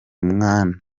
mwana